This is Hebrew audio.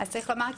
צריך לומר,